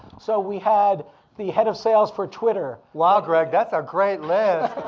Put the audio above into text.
so we had the head of sales for twitter. wow, greg, that's a great list.